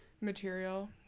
Material